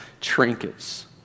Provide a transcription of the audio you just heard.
trinkets